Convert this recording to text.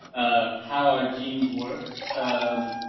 ah, how our genes work. um,